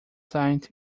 signed